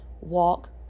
Walk